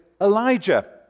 Elijah